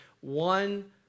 One